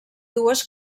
dues